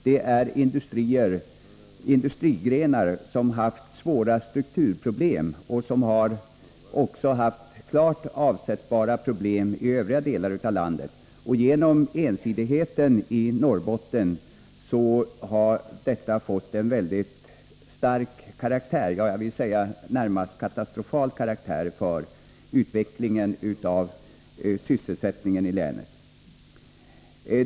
Det är industrigrenar som har haft svåra strukturproblem och som också i övriga delar av landet har haft klara avsättningsproblem. Genom ensidigheten i Norrbottens näringsliv har dessa problem fått närmast katastrofala följder för utvecklingen av sysselsättningen i länet.